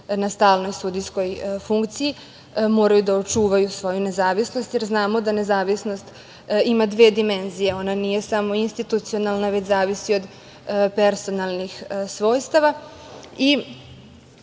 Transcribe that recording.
na stalnoj sudijskoj funkciji, moraju da očuvaju svoju nezavisnost, jer znamo da nezavisnost ima dve dimenzije, ona nije samo institucionalna, već zavisi od personalnih svojstava